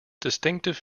distinctive